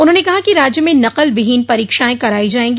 उन्होंने कहा कि राज्य में नकल विहीन परीक्षाएं कराई जायेगी